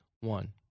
one